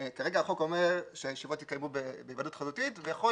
כרגע החוק אומר שהישיבות יתקיימו בהיוועדות חזותית ויכול